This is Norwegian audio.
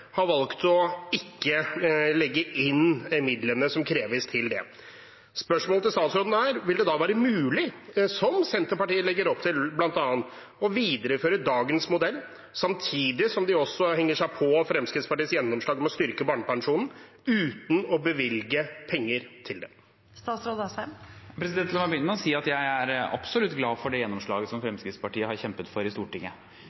valgt å ikke legge inn midlene som kreves til det. Spørsmålet til statsråden er: Vil det da være mulig, som Senterpartiet legger opp til bl.a., å videreføre dagens modell samtidig som de også henger seg på Fremskrittspartiets gjennomslag med å styrke barnepensjonen, uten å bevilge penger til det? La meg begynne med å si at jeg er absolutt glad for det som